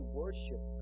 worship